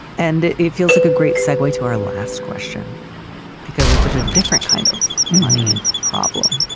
and it feels like a great segway to our last question because it's at a different kind of money problem.